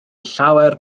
llawer